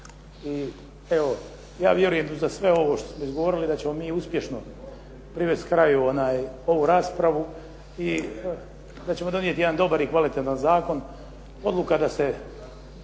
I evo, ja vjerujem za sve ovo što smo izgovorili da ćemo mi uspješno privesti kraju ovu raspravu i da ćemo donijeti jedan dobar i kvalitetan zakon. Odluka da se